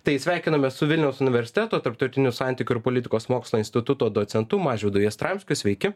tai sveikinamės su vilniaus universiteto tarptautinių santykių ir politikos mokslų instituto docentu mažvydu jastramskiu sveiki